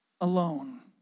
alone